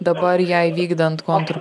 dabar jai vykdant kontr